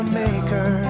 maker